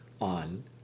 on